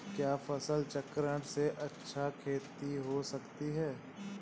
क्या फसल चक्रण से अच्छी खेती हो सकती है?